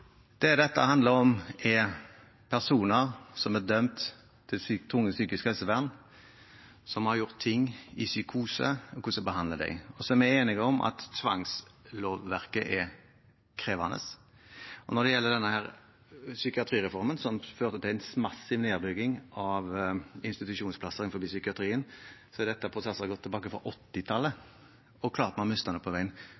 Det dette handler om, er personer som er dømt til tvungent psykisk helsevern, som har gjort ting i psykose, og om hvordan man behandler dem. Vi er enige om at tvangslovverket er krevende. Når det gjelder den psykiatrireformen som førte til en massiv nedbygging av institusjonsplasser innenfor psykiatrien, er det prosesser fra godt tilbake